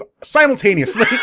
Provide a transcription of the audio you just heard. simultaneously